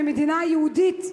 מדינה יהודית,